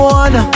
one